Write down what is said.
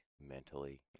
Mentally